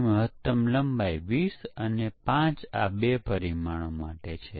જેમ તમે વધુ ઈન્પુટ આપશો તેમ વધુ ભૂલો મળશે